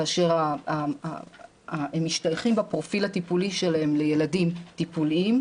כאשר הם משתייכים בפרופיל הטיפולי שלהם לילדים טיפוליים,